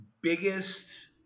biggest